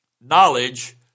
knowledge